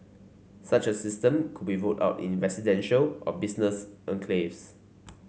such a system could be rolled out in residential or business enclaves